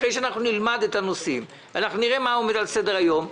אחרי שנלמד את הנושאים ונראה מה עומד על סדר היום.